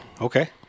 Okay